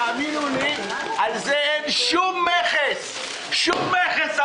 תאמינו לי, על זה אין שום מכס, שום מכס.